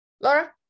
Laura